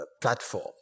platform